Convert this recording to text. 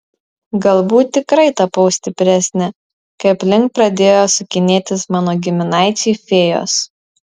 galbūt tikrai tapau stipresnė kai aplink pradėjo sukinėtis mano giminaičiai fėjos